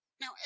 Now